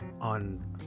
on